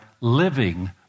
living